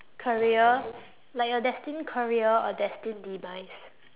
career like your destined career or destined demise